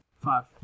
Five